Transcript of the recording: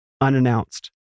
unannounced